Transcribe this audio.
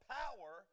power